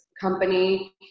company